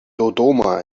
dodoma